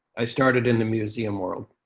i started in the museum world.